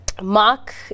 mark